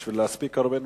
כדי להספיק הרבה נושאים.